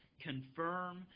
confirm